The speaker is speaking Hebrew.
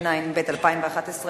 התשע"ב 2011,